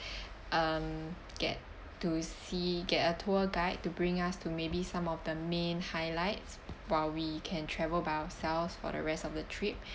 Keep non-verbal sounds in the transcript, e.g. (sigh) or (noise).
(breath) um get to see get a tour guide to bring us to maybe some of the main highlights while we can travel by ourselves for the rest of the trip